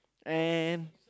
and